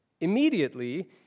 Immediately